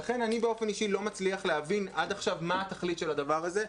ולכן אני באופן אישי לא מצליח להבין עד עכשיו מה התכלית של הדבר הזה.